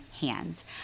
hands